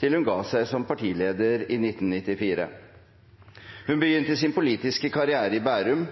til hun ga seg som partileder i 1994. Hun begynte sin politiske karriere i Bærum,